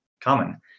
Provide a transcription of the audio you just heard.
common